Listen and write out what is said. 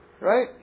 Right